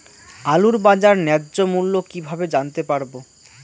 আলুর বাজার ন্যায্য মূল্য কিভাবে জানতে পারবো?